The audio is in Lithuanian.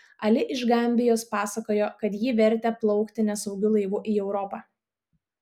ali iš gambijos pasakojo kad jį vertė plaukti nesaugiu laivu į europą